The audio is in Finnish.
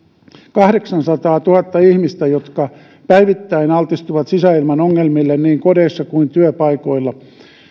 kahdeksansataatuhatta ihmistä jotka päivittäin altistuvat sisäilman ongelmille niin kodeissa kuin työpaikoilla